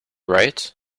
right